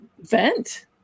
vent